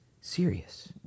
serious